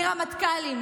רמטכ"לים,